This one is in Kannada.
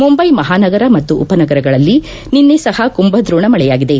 ಮುಂಬೈ ಮಹಾನಗರ ಮತ್ತು ಉಪನಗರಗಳಲ್ಲಿ ನಿನ್ನೆ ಸಹ ಕುಂಭದ್ರೋಣ ಮಳೆಯಾಗಿದೆ